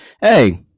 hey